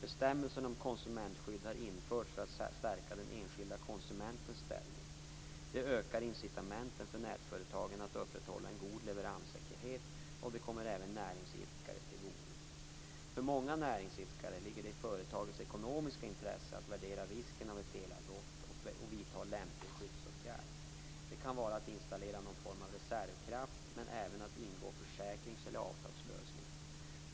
Bestämmelserna om konsumentskydd har införts för att stärka den enskilda konsumentens ställning. De ökar incitamenten för nätföretagen att upprätthålla en god leveranssäkerhet. Det kommer även näringsidkare till godo. För många näringsidkare ligger det i företagets ekonomiska intresse att värdera risken av ett elavbrott och att vidta lämpliga skyddsåtgärder. Det kan vara att installera någon form av reservkraft men även att ingå försäkrings eller avtalslösningar.